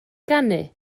ganu